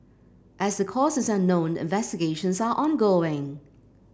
as the cause is unknown investigations are ongoing